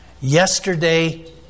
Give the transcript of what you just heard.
yesterday